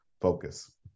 focus